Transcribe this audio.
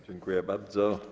Dziękuję bardzo.